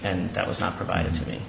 and that was not provided to me